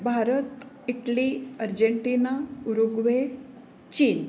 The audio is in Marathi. भारत इटली अर्जेंटिना उरुग्वे चीन